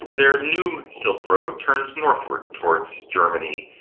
their new silk road turns northward towards germany,